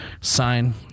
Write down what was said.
sign